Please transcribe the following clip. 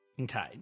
okay